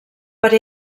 per